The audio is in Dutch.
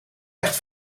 echt